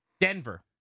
Denver